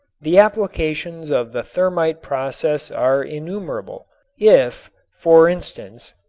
the applications of the thermit process are innumerable. if, for instance,